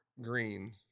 green